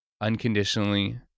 unconditionally